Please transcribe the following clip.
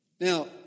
Now